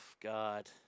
God